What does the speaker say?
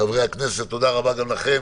חברי הכנסת, תודה רבה גם לכם.